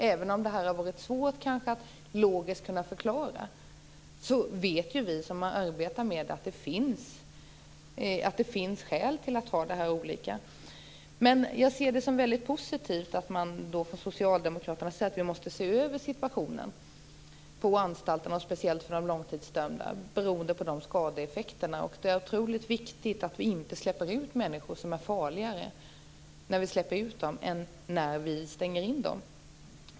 Även om det har varit svårt att logiskt förklara detta, vet vi som har arbetat med frågan att det finns skäl till att ha olika bedömning. Det är positivt att socialdemokraterna anser att situationen på anstalterna behöver ses över - speciellt för de långtidsdömda. Det är otroligt viktigt att inte släppa ut människor som är farligare när de släpps ut än när de stängdes in.